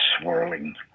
swirling